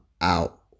out